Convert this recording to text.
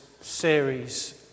series